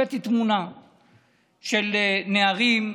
הבאתי תמונה של נערים,